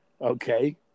Okay